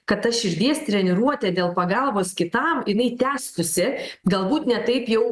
kad ta širdies treniruotė dėl pagalbos kitam jinai tęstųsi galbūt ne taip jau